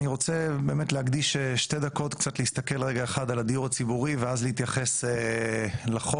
אני רוצה להקדיש שתי דקות להסתכל על הדיור הציבורי ואז להתייחס לחוק,